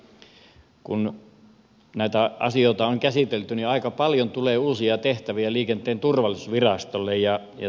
kun näitä asioita on käsitelty niin aika paljon tulee uusia tehtäviä liikenteen turvallisuusvirastolle